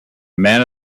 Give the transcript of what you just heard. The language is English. man